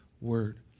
Word